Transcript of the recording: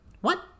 What